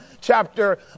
chapter